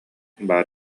баар